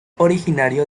originario